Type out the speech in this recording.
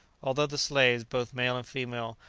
although the slaves, both male and female,